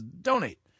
donate